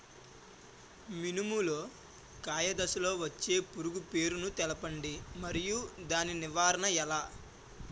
మినుము లో కాయ దశలో వచ్చే పురుగు పేరును తెలపండి? మరియు దాని నివారణ ఎలా?